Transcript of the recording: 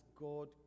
God